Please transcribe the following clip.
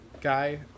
guy